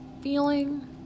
feeling